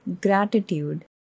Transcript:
gratitude